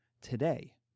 today